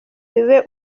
bibe